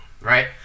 right